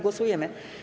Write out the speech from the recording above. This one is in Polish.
Głosujemy.